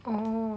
orh